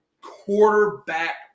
quarterback